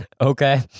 okay